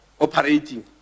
operating